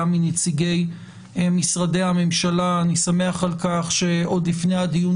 גם מנציגי משרדי הממשלה אני שמח על כך שעוד לפני הדיון